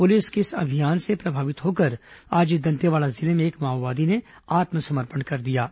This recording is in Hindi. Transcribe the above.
पुलिस के इस अभियान से प्रभावित होकर आज दंतेवाड़ा जिले में एक माओवादी ने आत्मसमर्पण कर दिया है